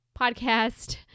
podcast